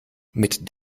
mit